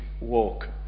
walk